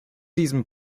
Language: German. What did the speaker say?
diesem